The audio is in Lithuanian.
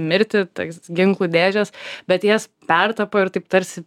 mirtį toks ginklų dėžės bet jas pertapo ir taip tarsi